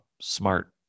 smart